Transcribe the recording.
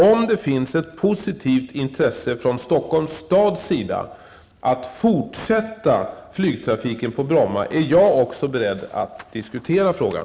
Om det finns ett positivt intresse från Bromma är jag också beredd att diskutera frågan.